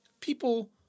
People